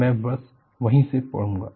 मैं बस वहीं से पढ़ूंगा